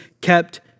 kept